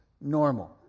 normal